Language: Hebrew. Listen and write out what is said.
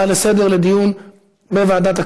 אמרתם, לא יודע, איזו ועדה?